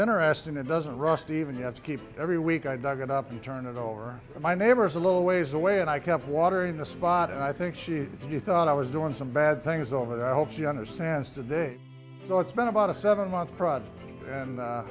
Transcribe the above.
interesting it doesn't rust even you have to keep every week i dug it up and turned it over to my neighbors a little ways away and i kept watering the spot and i think she you thought i was doing some bad things over there i hope she understands today so it's been about a seven month project and